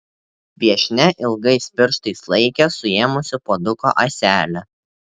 viešnia ilgais pirštais laikė suėmusi puoduko ąselę